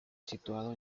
situado